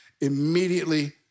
immediately